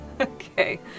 Okay